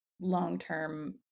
long-term